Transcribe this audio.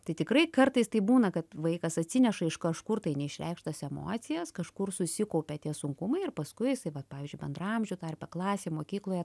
tai tikrai kartais taip būna kad vaikas atsineša iš kažkur tai neišreikštas emocijas kažkur susikaupia tie sunkumai ir paskui jisai vat pavyzdžiui bendraamžių tarpe klasėj mokykloje